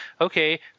okay